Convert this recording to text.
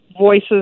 Voices